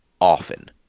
often